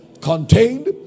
contained